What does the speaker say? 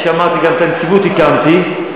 כפי שאמרתי, גם את הנציבות הקמתי.